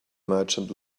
merchant